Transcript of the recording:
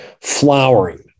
flowering